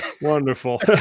Wonderful